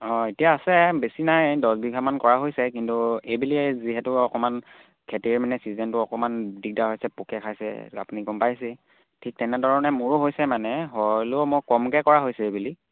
অঁ এতিয়া আছে বেছি নাই দহ বিঘামান কৰা হৈছে কিন্তু এইবেলি যিহেতু অকণমান খেতিৰ মানে ছিজেনটো অকণমান দিগদাৰ হৈছে পোকে খাইছে আপুনি গম পাইছেই ঠিক তেনেধৰণে মোৰো হৈছে মানে হ'লেও মই কমকৈ কৰা হৈছে এইবেলি